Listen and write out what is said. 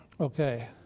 Okay